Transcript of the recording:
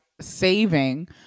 saving